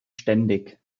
ständig